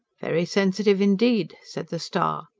very sensitive indeed, said the star.